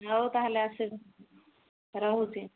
ହଉ ତାହେଲେ ଆସିବ ରହୁଛି